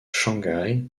shanghai